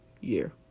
year